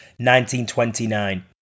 1929